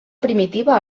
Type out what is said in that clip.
primitiva